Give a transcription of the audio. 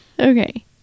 Okay